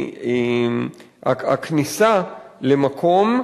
הכניסה למקום,